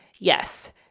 Yes